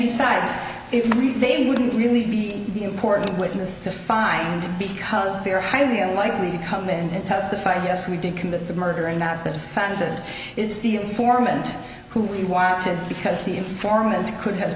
besides if you read they wouldn't really be the important witness to find because they are highly unlikely to come in and testify yes we did commit the murder and not the fantasy it's the informant who we wanted because the informant could have